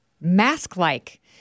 mask-like